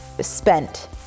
spent